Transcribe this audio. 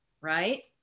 Right